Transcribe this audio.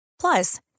Plus